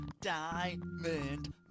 Diamond